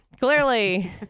Clearly